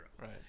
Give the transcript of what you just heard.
right